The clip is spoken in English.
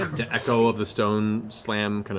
the echo of the stone slam